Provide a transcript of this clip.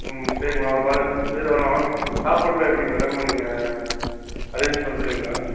சரிம்மா ஒரு பதினஞ்சி பேர் வர்றோம் சாப்பாடுலாம் எப்படி மேடம் நீங்கள் அரேஞ்ச் பண்ணிருவீங்களா